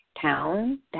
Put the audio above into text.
town